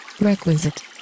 requisite